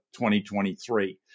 2023